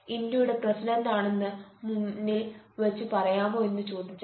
ഇന്ത്യയുടെ പ്രസിഡന്റ് ആണെന്ന് മുന്നിൽ വന്ന് പറയാമോ എന്ന് ചോദിച്ചാൽ